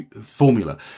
formula